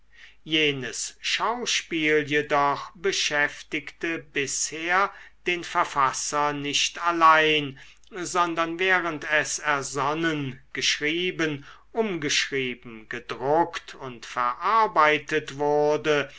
jenes schauspiel jedoch beschäftigte bisher den verfasser nicht allein sondern während es ersonnen geschrieben umgeschrieben gedruckt und verarbeitet wurde